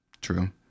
True